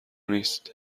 نیست